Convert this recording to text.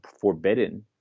forbidden